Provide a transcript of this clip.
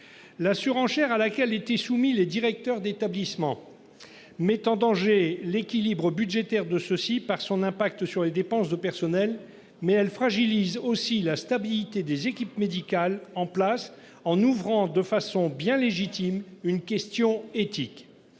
La surenchère à laquelle était soumis les directeurs d'établissements. Mettent en danger l'équilibre budgétaire de ceux-ci par son impact sur les dépenses de personnel mais elle fragilise aussi la stabilité des équipes médicales en place en ouvrant de façon bien légitime une question éthique.